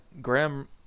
Graham